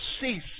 cease